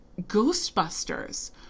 Ghostbusters